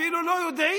אפילו לא יודעים.